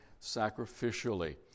sacrificially